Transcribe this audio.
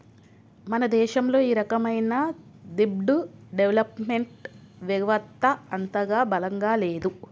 మన దేశంలో ఈ రకమైన దెబ్ట్ డెవలప్ మెంట్ వెవత్త అంతగా బలంగా లేదు